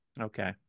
okay